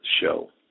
show